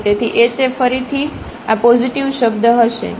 તેથી h એ ફરીથી છે આ પોઝિટિવ શબ્દ હશે